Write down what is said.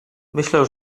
myślę